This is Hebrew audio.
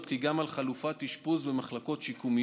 כי אם גם על חלופת אשפוז במחלקות שיקומיות,